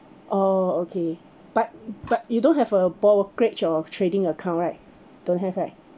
oh okay but but you don't have a brokerage or trading account right don't have right